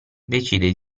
decide